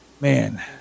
Man